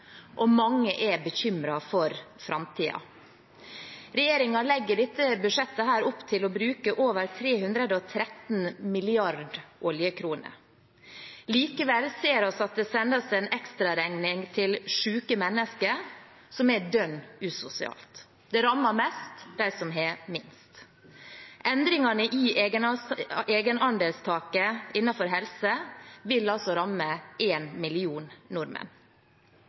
og mange er bekymret for framtiden. Regjeringen legger i dette budsjettet opp til å bruke over 313 mrd. oljekroner. Likevel ser vi at det sendes en ekstraregning til syke mennesker, noe som er dønn usosialt. Det rammer mest dem som har minst. Endringene i egenandelstaket innenfor helse vil ramme én million nordmenn.